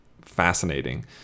fascinating